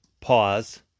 pause